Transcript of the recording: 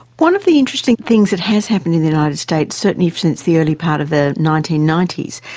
one of the interesting things that has happened in the united states, certainly since the early part of the nineteen ninety s,